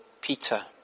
Peter